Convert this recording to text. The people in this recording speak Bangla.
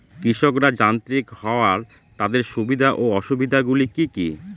কৃষকরা যান্ত্রিক হওয়ার তাদের সুবিধা ও অসুবিধা গুলি কি কি?